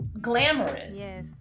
glamorous